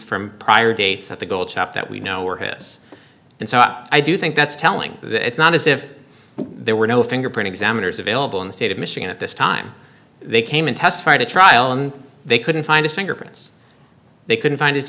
from prior dates at the gold shop that we know were his and so i do think that's telling that it's not as if there were no fingerprint examiners available in the state of michigan at this time they came in testified at trial and they couldn't find his fingerprints they couldn't find